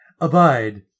Abide